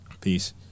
Peace